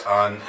on